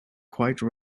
quite